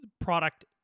product